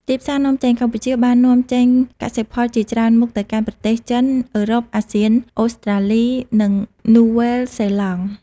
ទីផ្សារនាំចេញ កម្ពុជាបាននាំចេញកសិផលជាច្រើនមុខទៅកាន់ប្រទេសចិន អឺរ៉ុប អាស៊ាន អូស្ត្រាលី និងនូវែលសេឡង់។